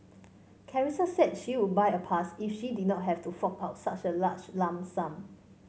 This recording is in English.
Carissa said she would buy a pass if she did not have to fork out such a large lump sum